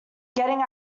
getting